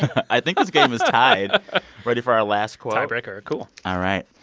i think this guy um is tied ready for our last quote? tiebreaker cool all right.